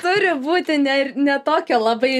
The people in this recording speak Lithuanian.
turi būti ne ir ne tokia labai